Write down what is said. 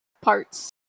parts